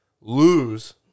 lose